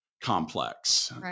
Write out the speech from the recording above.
complex